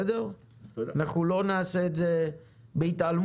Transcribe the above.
אנחנו לא נעשה את זה בהתעלמות.